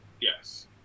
yes